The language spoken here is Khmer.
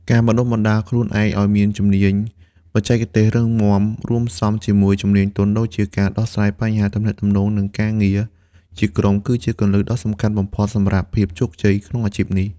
ការបណ្ដុះបណ្ដាលខ្លួនឯងឲ្យមានជំនាញបច្ចេកទេសរឹងមាំរួមផ្សំជាមួយជំនាញទន់ដូចជាការដោះស្រាយបញ្ហាទំនាក់ទំនងនិងការងារជាក្រុម គឺជាគន្លឹះដ៏សំខាន់បំផុតសម្រាប់ភាពជោគជ័យក្នុងអាជីពនេះ។